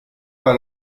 pas